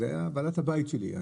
זו ועדת הבית שלי.